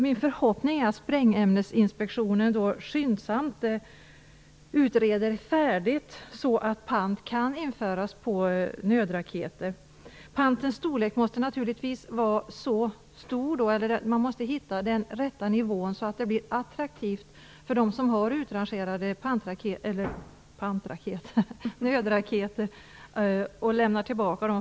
Min förhoppning är att Sprängämnesinspektionen skyndsamt utreder färdigt, så att pant kan införas på nödraketer. Man måste hitta den rätta nivån för panten, så att det blir attraktivt för dem som har utrangerade nödraketer att lämna tillbaka dem.